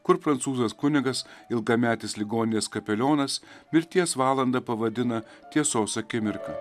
kur prancūzas kunigas ilgametis ligoninės kapelionas mirties valandą pavadina tiesos akimirka